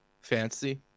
fancy